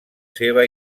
seva